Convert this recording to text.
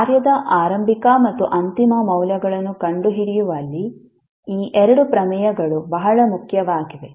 ಕಾರ್ಯದ ಆರಂಭಿಕ ಮತ್ತು ಅಂತಿಮ ಮೌಲ್ಯಗಳನ್ನು ಕಂಡುಹಿಡಿಯುವಲ್ಲಿ ಈ ಎರಡು ಪ್ರಮೇಯಗಳು ಬಹಳ ಮುಖ್ಯವಾಗಿವೆ